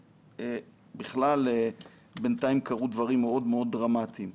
בינתיים קרו דברים מאוד מאוד דרמטיים.